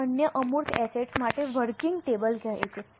તે અન્ય અમૂર્ત એસેટ્સ માટે વર્કિંગ ટેબલ કહે છે